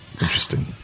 Interesting